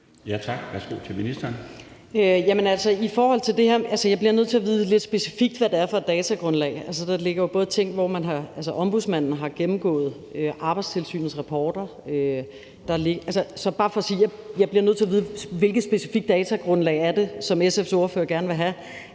Jeg bliver nødt til at vide lidt specifikt, hvad det er for et datagrundlag. Der ligger jo f.eks. ting, hvor Ombudsmanden har gennemgået Arbejdstilsynets rapporter. Det er bare for at sige, at jeg bliver nødt til at vide, hvilket specifikt datagrundlag det er, som SF's ordfører gerne vil have.